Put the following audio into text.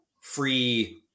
free